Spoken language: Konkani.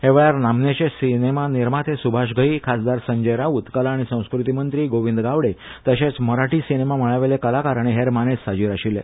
हे वेळार नामनेचे सिनेमा निर्माते स्भाष घई खासदार संजय राऊत कला आनी संस्कृती मंत्री गोविंद गावडे तशेच मराठी सिनेमा मळावेले कलाकार आनी हेर मानेस्त हाजीर आशिल्ले